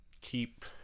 Keep